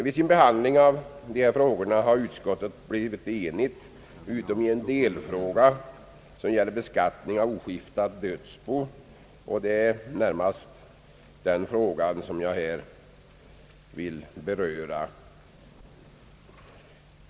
Vid sin behandling av dessa frågor har utskottet blivit enigt utom i en delfråga som gäller beskattning av oskiftat dödsbo. Det är närmast den frågan som jag här vill beröra.